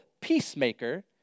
peacemaker